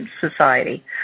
society